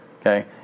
Okay